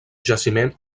jaciment